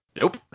Nope